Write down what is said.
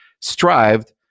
strived